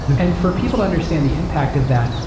and for people to understand the impact of that,